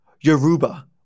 Yoruba